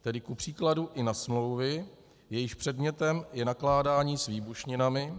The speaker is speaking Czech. Tedy kupříkladu i na smlouvy, jejichž předmětem je nakládání s výbušninami.